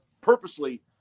purposely –